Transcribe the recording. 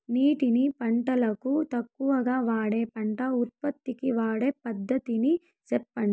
నీటిని పంటలకు తక్కువగా వాడే పంట ఉత్పత్తికి వాడే పద్ధతిని సెప్పండి?